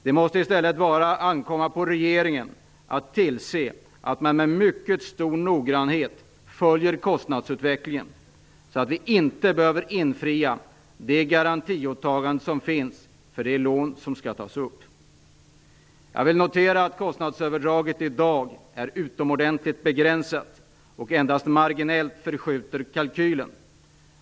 Det måste i stället ankomma på regeringen att tillse att man med mycket stor noggrannhet följer kostnadsutvecklingen, så att inte garantiåtagandet för det lån som skall tas upp behöver infrias. Jag noterar att kostnadsöverdraget i dag är utomordentligt begränsat och att det endast marginellt förskjuter kalkylen.